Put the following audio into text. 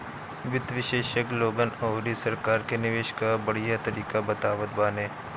वित्त विशेषज्ञ लोगन अउरी सरकार के निवेश कअ बढ़िया तरीका बतावत बाने